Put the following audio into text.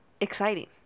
Exciting